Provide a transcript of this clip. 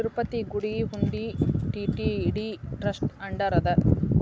ತಿರುಪತಿ ಗುಡಿ ಹುಂಡಿ TTD trust under ಅದ